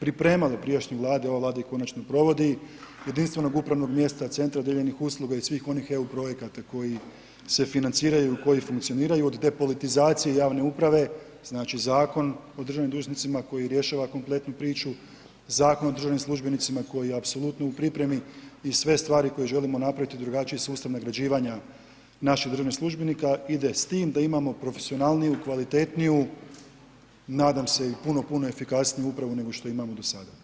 pripremale prijašnje Vlade, ova Vlada ih konačno provodi, jedinstvenog upravnog mjesta, centra dijeljenih usluga i svih onih eu projekata koji se financiraju i koji funkcioniraju od depolitizacije javne uprave, znači zakon o državnim dužnosnicima koji rješava kompletnu priču, Zakon o državnim službenicima koji je apsolutno u pripremi i sve stvari koje želimo napraviti i drugačiji sustav nagrađivanja naših državnih službenika ide s tim da imamo profesionalniju, kvalitetniju, nadam se i puno, puno efikasniju upravu nego što imamo do sada.